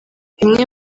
bimwe